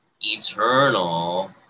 eternal